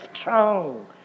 strong